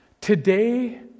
today